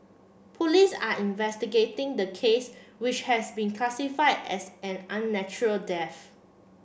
police are investigating the case which has been classified as an unnatural death